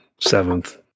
seventh